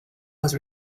was